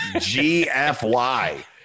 G-F-Y